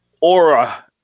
aura